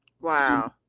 Wow